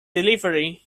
delivery